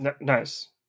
Nice